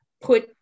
put